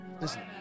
Listen